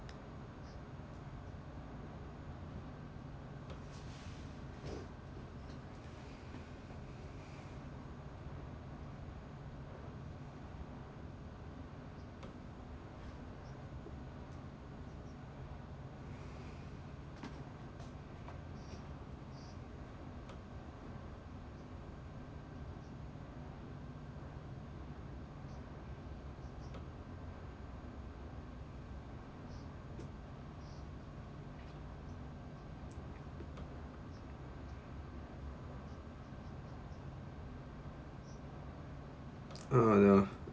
uh ya